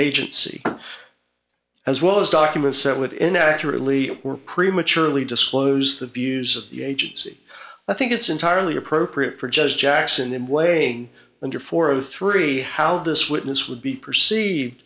agency as well as document so it inaccurately were prematurely disclose the views of the agency i think it's entirely appropriate for judge jackson in weighing under four of three how this witness would be perceived